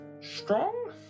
Strong